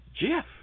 Jeff